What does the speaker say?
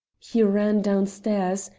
he ran downstairs,